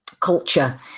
culture